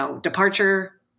departure